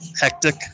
hectic